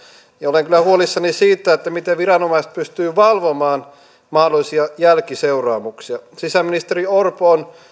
olen kyllä huolissani siitä miten viranomaiset pystyvät valvomaan mahdollisia jälkiseuraamuksia sisäministeri orpo on